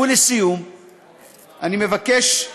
אתה מוריד אותם לכבישים.